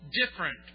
different